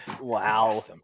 Wow